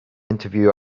interview